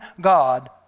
God